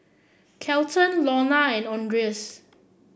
Kelton Lorna and Andres